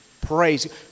praise